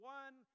one